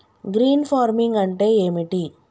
Green farming అంటే ఏమిటి?